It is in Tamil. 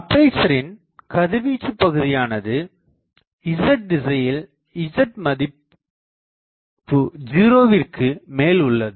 அப்பேசரின் கதிர்வீச்சு பகுதியானது z திசையில் z மதிப்பு 0விற்கு Z0 மேல் உள்ளது